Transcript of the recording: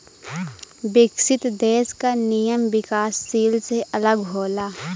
विकसित देश क नियम विकासशील से अलग होला